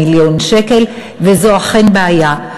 כ-1.1 מיליארד שקל, וזו אכן בעיה.